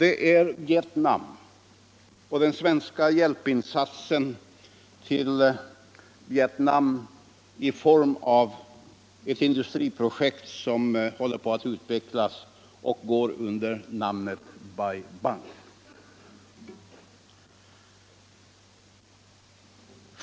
Det gäller Vietnam och den svenska insatsen till Vietnam i form av ett industriprojekt som håller på att utvecklas och som går under namnet Bai Bang.